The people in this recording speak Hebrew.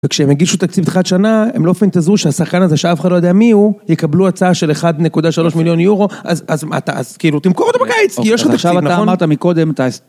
וכשהם הגישו תקציב חד שנה, הם לא פנטזו שהשחקן הזה, שאף אחד לא יודע מיהו, יקבלו הצעה של 1.3 מיליון יורו, אז אתה, אז כאילו, תמכור אותו בקיץ, כי יש לך תקציב, נכון? עכשיו אתה אמרת מקודם, אתה...